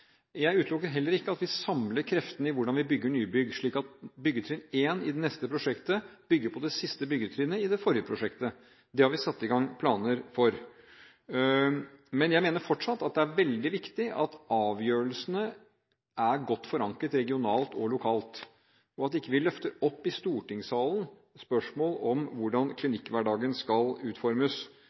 Jeg utelukker heller ikke at vi samler kreftene når vi bygger nybygg, slik at byggetrinn 1 i det neste prosjektet bygger på det siste byggetrinnet i det forrige prosjektet – det har vi satt i gang planer for. Men jeg mener fortsatt det er veldig viktig at avgjørelsene er godt forankret regionalt og lokalt, og at vi ikke løfter opp i stortingssalen spørsmål om hvordan klinikkhverdagen skal utformes,